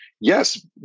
yes